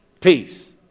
peace